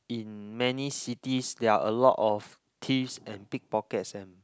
in many cities there are a lot of thieves and pickpocket and